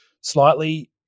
slightly